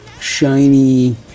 shiny